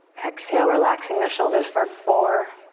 exhale, relaxing the shoulders for four,